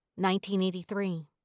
1983